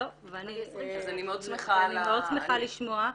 אז אני מאוד שמחה על ה- -- אני מאוד שמחה לשמוע,